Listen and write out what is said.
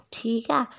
ठीक ऐ